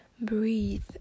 Breathe